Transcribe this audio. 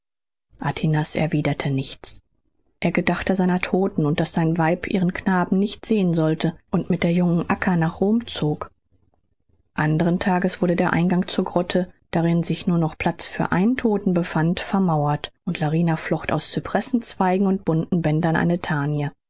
erwiederte nichts er gedachte seiner todten und daß sein weib ihren knaben nicht sehen sollte wenn er groß geworden war und mit der jungen acca nach rom zog anderen tages wurde der eingang zur grotte darin sich nur noch platz für einen todten befand vermauert und larina flocht aus cypressenzweigen und bunten bändern eine tänie